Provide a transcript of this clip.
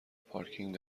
پارکینگ